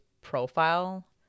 profile